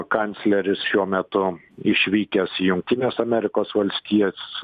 kancleris šiuo metu išvykęs į jungtines amerikos valstijas